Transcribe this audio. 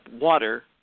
water